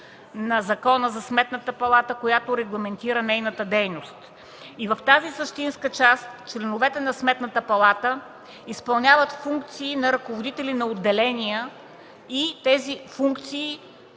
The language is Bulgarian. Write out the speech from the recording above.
на Закона за Сметната палата, която регламентира нейната дейност. В тази същинска част членовете на Сметната палата изпълняват функции на ръководители на отделения. Техните